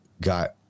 got